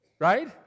Right